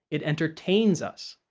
it entertains us.